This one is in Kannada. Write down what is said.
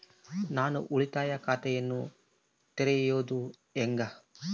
ನಾನು ಉಳಿತಾಯ ಖಾತೆಯನ್ನ ತೆರೆಯೋದು ಹೆಂಗ?